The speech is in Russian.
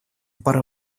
пора